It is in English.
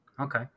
Okay